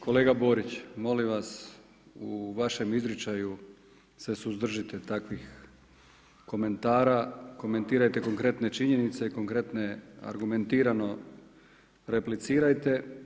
Kolega Borić, molim vas, u vašem izričaju se suzdržite takvih komentara, komentirajte konkretne činjenice i konkretne argumentirano replicirajte.